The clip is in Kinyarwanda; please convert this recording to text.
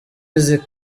z’ibibi